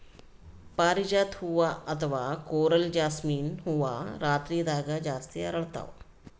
ಪಾರಿಜಾತ ಹೂವಾ ಅಥವಾ ಕೊರಲ್ ಜಾಸ್ಮಿನ್ ಹೂವಾ ರಾತ್ರಿದಾಗ್ ಜಾಸ್ತಿ ಅರಳ್ತಾವ